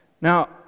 Now